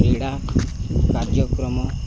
କ୍ରୀଡ଼ା କାର୍ଯ୍ୟକ୍ରମ